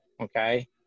okay